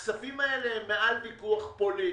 הכספים האלה הם מעל לוויכוח פוליטי.